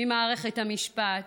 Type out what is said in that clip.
מערכת המשפט,